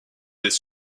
des